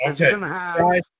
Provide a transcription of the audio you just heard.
Okay